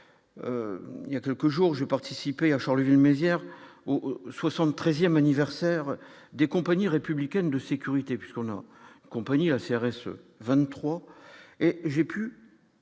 Il y a quelques jours, j'ai participé à Charleville-Mézières où 73ème anniversaire des compagnies républicaines de sécurité puisqu'on en compagnie CRS 23 et j'ai pu